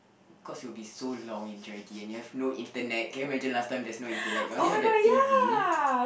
cause it will be so long and draggy and you have no internet can you imagine last time there's no internet you only have the T_V